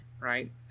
right